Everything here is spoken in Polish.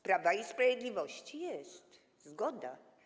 Prawa i Sprawiedliwości jest, zgoda.